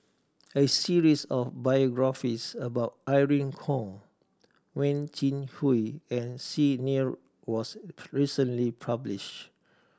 a series of biographies about Irene Khong Wen Jinhui and Xi Ni Er was recently publishe